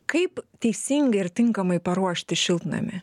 kaip teisingai ir tinkamai paruošti šiltnamį